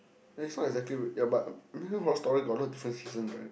ya it's not exactly ya but American-Horror-Story got a lot of different seasons right